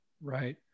Right